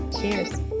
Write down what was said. Cheers